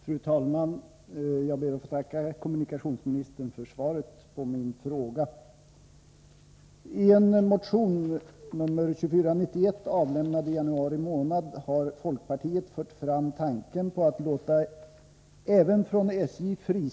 Fru talman! Jag ber att få tacka kommunikationsministern för svaret på min fråga.